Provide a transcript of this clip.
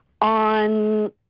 On